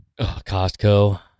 Costco